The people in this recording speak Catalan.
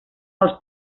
els